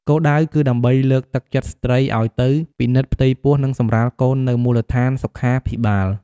គោលដៅគឺដើម្បីលើកទឹកចិត្តស្ត្រីឱ្យទៅពិនិត្យផ្ទៃពោះនិងសម្រាលកូននៅមូលដ្ឋានសុខាភិបាល។